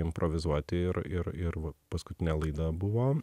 improvizuoti ir ir ir paskutinė laida buvo